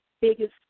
biggest